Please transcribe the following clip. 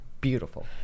beautiful